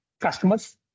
customers